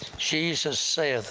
jesus saith